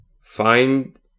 find